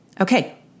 okay